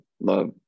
love